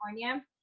California